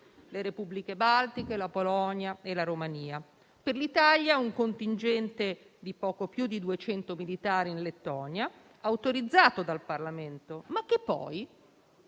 le Repubbliche baltiche, la Polonia e la Romania; per l'Italia un contingente di poco più di 200 militari in Lettonia, autorizzato dal Parlamento, ma che poi